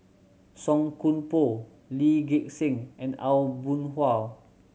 Song Koon Poh Lee Gek Seng and Aw Boon Haw